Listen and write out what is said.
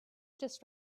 just